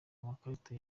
amakarita